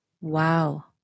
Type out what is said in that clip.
Wow